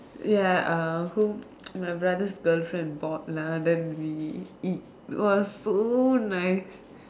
ya ah who my brother's girlfriend bought lah then we eat !wah! so nice